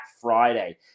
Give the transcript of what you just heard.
Friday